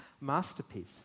masterpiece